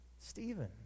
Stephen